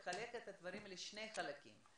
לחלק את הדברים לשני חלקים.